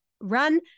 run